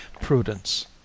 Prudence